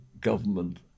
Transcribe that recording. government